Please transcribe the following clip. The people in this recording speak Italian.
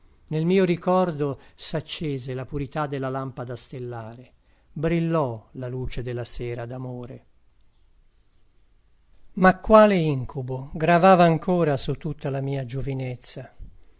nel mio ricordo s'accese la purità della lampada stellare brillò la luce della sera d'amore ma quale incubo gravava ancora su tutta la mia giovinezza